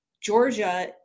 Georgia